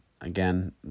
again